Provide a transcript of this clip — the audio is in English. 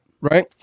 Right